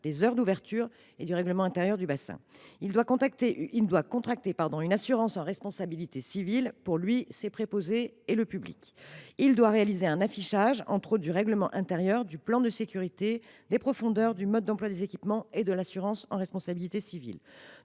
des heures d’ouverture et du règlement intérieur du bassin ; il doit souscrire un contrat d’assurance couvrant sa responsabilité civile, celle de ses préposés et celle du public ; il doit réaliser un affichage, entre autres, du règlement intérieur, du plan de sécurité, des profondeurs, du mode d’emploi des équipements et du contrat d’assurance en responsabilité civile.